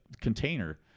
container